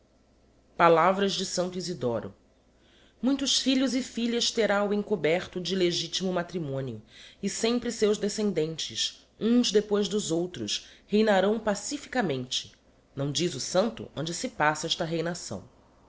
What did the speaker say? palavras de santo isidoro muitos filhos e filhas terá o encoberto de legitimo matrimonio e sempre seus descendentes uns depois dos outros reinarão pacificamente não